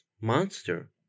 monster